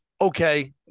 okay